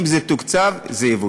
אם זה תוקצב, זה יבוצע.